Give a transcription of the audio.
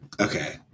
Okay